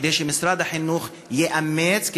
כדי שמשרד החינוך יאמץ זאת,